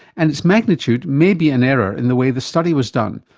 and its magnitude may be an error in the way the study was done,